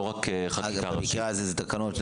לא רק חקיקה ראשית -- במקרה הזה זה תקנות?